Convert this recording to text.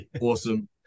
awesome